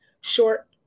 short